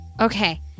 Okay